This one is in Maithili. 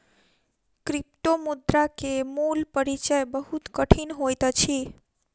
क्रिप्टोमुद्रा के मूल परिचय बहुत कठिन होइत अछि